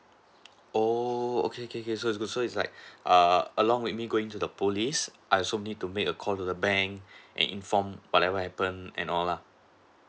oh okay okay okay so it's good so it's like err along with me going to the police I also need to make a call to the bank and inform whatever happened and all lah